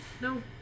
No